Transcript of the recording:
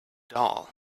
doll